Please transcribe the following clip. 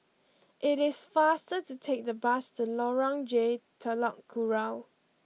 it is faster to take the bus to Lorong J Telok Kurau